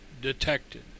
detected